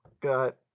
Got